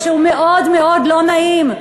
שהוא מאוד מאוד לא נעים,